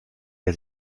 der